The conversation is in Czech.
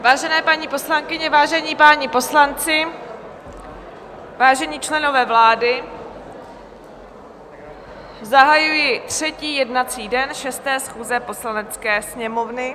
Vážené paní poslankyně, vážení páni poslanci, vážení členové vlády, zahajuji třetí jednací den 6. schůze Poslanecké sněmovny.